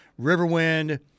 Riverwind